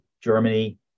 Germany